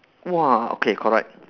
!wah! okay correct